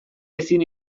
ezin